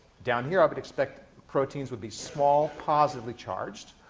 down here, i would expect proteins would be small, positively charged.